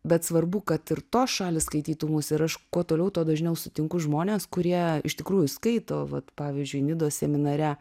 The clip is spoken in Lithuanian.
bet svarbu kad ir tos šalys skaitytų mus ir aš kuo toliau tuo dažniau sutinku žmones kurie iš tikrųjų skaito vat pavyzdžiui nidos seminare